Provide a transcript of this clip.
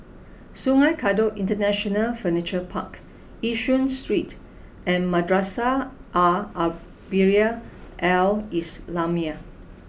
Sungei Kadut International Furniture Park Yishun Street and Madrasah Ar Arabiah Al islamiah